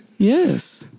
Yes